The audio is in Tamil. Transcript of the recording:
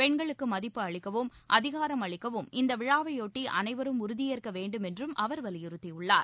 பெண்களுக்கு மதிப்பு அளிக்கவும் அதிகாரம் அளிக்கவும் இந்த விழாவையொட்டி அனைவரும் உறுதியேற்க வேண்டுமென்றும் அவர் வலியுறுத்தியுள்ளார்